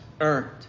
earned